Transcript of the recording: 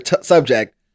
subject